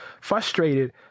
frustrated